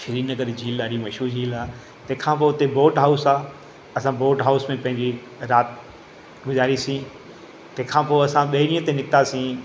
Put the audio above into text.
श्रीनगर झील ॾाढी मशहूरु झील आहे तंहिंखां पोइ हुते बोट हॉउस आहे असां बोट हॉउस में पंहिंजी राति गुज़ारीसीं तंहिंखां पोइ असां ॿिए ॾींहं ते निकितासीं